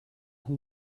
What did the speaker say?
who